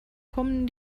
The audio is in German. kommen